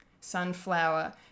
sunflower